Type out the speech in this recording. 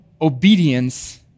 obedience